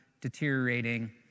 deteriorating